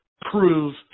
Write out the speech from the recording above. prove